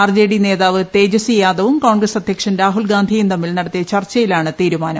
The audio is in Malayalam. ആർ ജെ ഡി നേതാവ് തേജസി യാദവും കോൺഗ്രസ് അധ്യക്ഷൻ രാഹുൽഗാന്ധിയും തമ്മിൽ നടത്തിയ ചർച്ചയിലാണ് തീരുമാനം